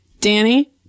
Danny